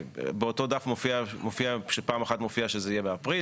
באותו דף פעם אחת מופיע שזה יהיה באפריל,